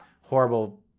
horrible